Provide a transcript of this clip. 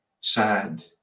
sad